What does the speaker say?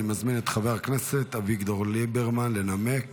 אני מזמין את חבר הכנסת אביגדור ליברמן לנמק